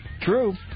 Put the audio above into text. True